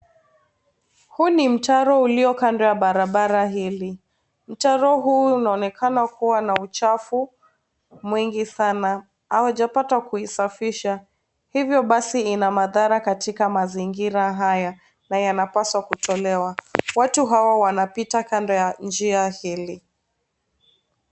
Huu ni mtaro ulio kando ya barabara hili. Mtaro huu, unaonekana kuwa na uchafu mwingi sana. Hawajapata kusafisha. Hivyo basi, inamadhara katika mazingira haya na yanapaswa kutolewa. Watu hawa, wanapita kando ya njia hili.